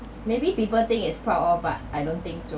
maybe people think is proud of but I don't think so